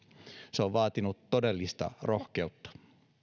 se on vaatinut todellista rohkeutta